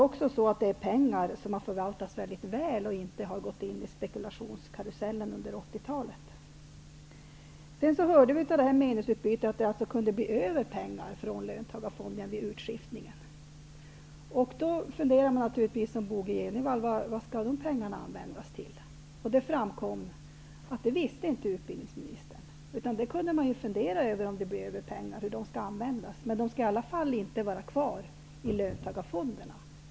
Detta är pengar som har förvaltats väl och inte gått in i spekulationskarusellen under Vi hörde av meningsutbytet att det kunde bli pengar över från löntagarfonderna vid utskiftningen. Då funderar man, som Bo G Jenevall, på vad de pengarna skall användas till. Det framkom att utbildningsministern inte visste hur de pengarna skulle användas, utan det kunde man fundera över. Men de skall i alla fall inte vara kvar i löntagarfonderna.